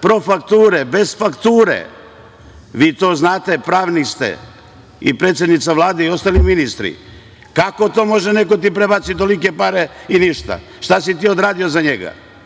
profakture, bez fakture. Vi to znate, pravnik ste i predsednica Vlade i ostali ministri. Kako može neko da ti prebaci tolike pare i ništa? Šta si ti odradio za njega? Mi